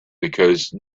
because